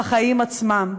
הם החיים עצמם.